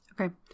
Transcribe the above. Okay